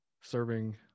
serving